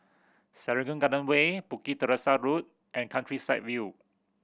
Serangoon Garden Way Bukit Teresa Road and Countryside View